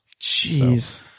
Jeez